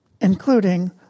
including